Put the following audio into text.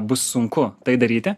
bus sunku tai daryti